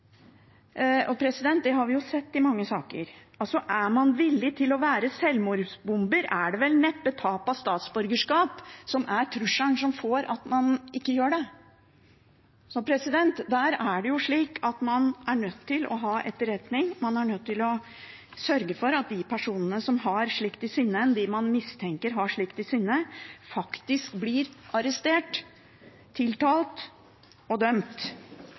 man villig til å være selvmordsbomber, er vel neppe tap av statsborgerskap den trusselen som gjør at man ikke gjør det. Der er det slik at man er nødt til å ha etterretning. Man er nødt til å sørge for at de personene som har slikt i sinne, som man mistenker har slikt i sinne, faktisk blir arrestert, tiltalt og dømt.